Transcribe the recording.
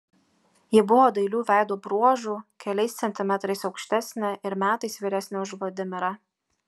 ji buvo dailių veido bruožų keliais centimetrais aukštesnė ir metais vyresnė už vladimirą